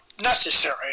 necessary